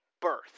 birth